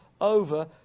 over